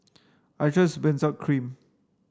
I trust Benzac cream